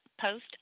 Post